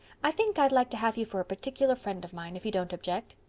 i think i'd like to have you for a particular friend of mine, if you don't object.